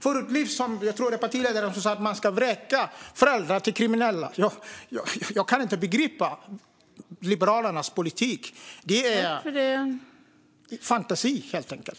Jag tror att det var er partiledare som sa att man ska vräka föräldrar till kriminella. Jag kan inte begripa Liberalernas politik. Det är fantasi, helt enkelt.